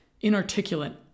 inarticulate